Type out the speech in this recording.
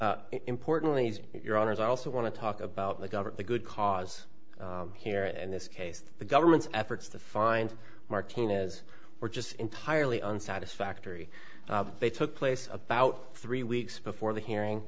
importantly your owners also want to talk about the governor the good cause here and this case the government's efforts to find martinez were just entirely on satisfactory they took place about three weeks before the hearing